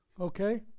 Okay